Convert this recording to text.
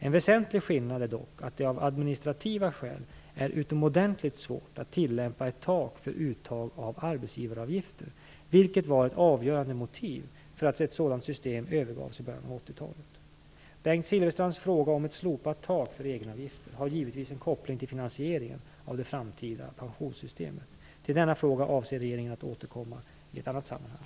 En väsentlig skillnad är dock att det av administrativa skäl är utomordentligt svårt att tillämpa ett tak för uttag av arbetsgivaravgifter, vilket var ett avgörande motiv för att ett sådant system övergavs i början av 80-talet. Bengt Silfverstrands fråga om ett slopat tak för egenavgifter har givetvis en koppling till finansieringen av det framtida pensionssystemet. Till denna fråga avser regeringen att återkomma i ett annat sammanhang.